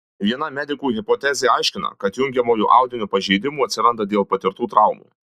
viena medikų hipotezė aiškina kad jungiamojo audinio pažeidimų atsiranda dėl patirtų traumų